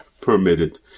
permitted